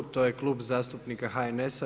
To je Klub zastupnika HNS-a.